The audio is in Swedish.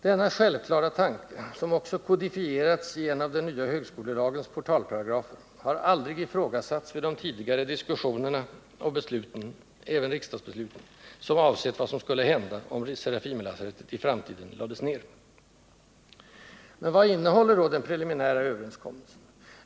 Denna självklara tanke, som också kodifierats i en av den nya högskolelagens portalparagrafer, har aldrig ifrågasatts vid de tidigare diskussioner och beslut även riksdagsbeslut —- som avsett vad som skulle hända, om Serafimerlasarettet i framtiden lades ned. Men vad innehåller då den preliminära överenskommelsen?